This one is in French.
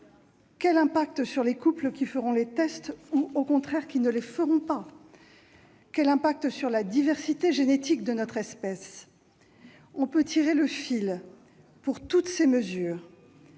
Quel impact sur les couples qui feront les tests ou, au contraire, qui ne les feront pas ? Quel impact sur la diversité génétique de notre espèce ? On peut tirer le fil pour toutes ces mesures.